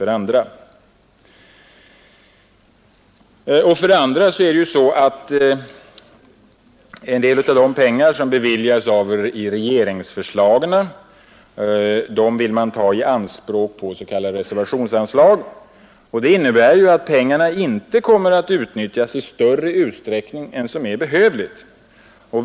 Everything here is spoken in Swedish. För det andra beviljas större delen av de pengar regeringen vill ta i anspråk på reservationsanslag. Det innebär att pengarna inte kommer att utnyttjas i större utsträckning än som är behövligt.